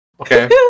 Okay